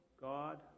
God